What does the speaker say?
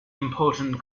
important